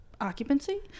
occupancy